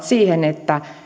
siihen että